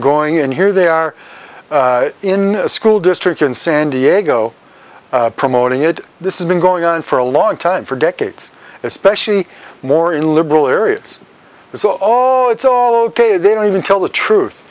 going and here they are in a school district in san diego promoting it this is been going on for a long time for decades especially more in liberal areas it's all it's all ok they don't even tell the truth